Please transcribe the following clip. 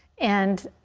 and